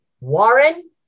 Warren